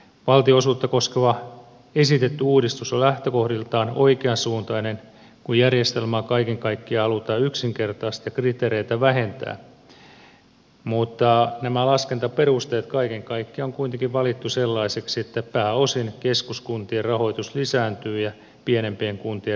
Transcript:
valtionosuutta koskeva esitetty uudistus on lähtökohdiltaan oikeansuuntainen kun järjestelmää kaiken kaikkiaan halutaan yksinkertaistaa ja kriteereitä vähentää mutta nämä laskentaperusteet kaiken kaikkiaan on kuitenkin valittu sellaisiksi että pääosin keskuskuntien rahoitus lisääntyy ja pienempien kuntien rahoitus vähenee